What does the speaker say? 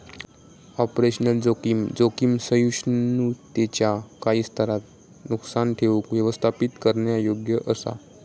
operational जोखीम, जोखीम सहिष्णुतेच्यो काही स्तरांत नुकसान ठेऊक व्यवस्थापित करण्यायोग्य असा